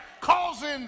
causing